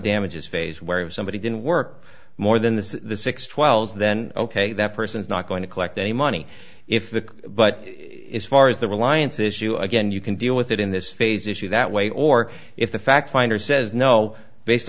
damages phase where if somebody didn't work more than the six twelve then ok that person is not going to collect any money if the but it's far is the reliance issue again you can deal with it in this phase issue that way or if the fact finder says no based